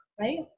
Right